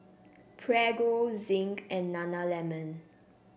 Prego Zinc and Nana lemon